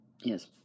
Yes